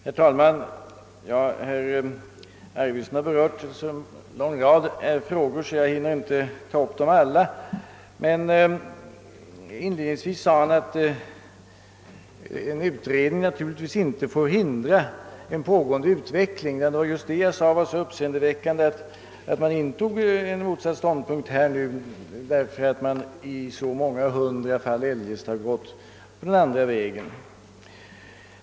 Herr talman! Herr Arvidson berörde en så lång rad frågor, att jag inte hinner ta upp dem alla. Inledningsvis sade herr Arvidson att en utredning naturligtvis inte får hindra en pågående utveckling. Vad jag sade var just att det var så uppseendeväckande, att man nu intog denna ståndpunkt, när man i så många hundra fall eljest har gått den motsatta vägen.